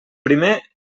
primer